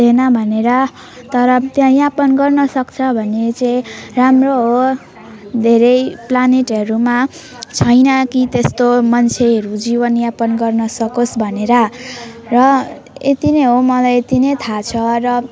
दैनौँ भनेर तर त्यहाँ यापन गर्न सक्छन् भनी चाहिँ राम्रो हो धेरै प्लानेटहरूमा छैन कि त्यस्तो मान्छेहरू जीवनयापन गर्न सकोस् भनेर र यति नै हो मलाई यति नै थाहा छ र